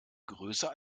größer